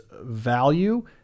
value